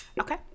Okay